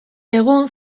egun